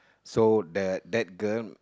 so the that girl